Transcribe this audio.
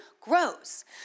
grows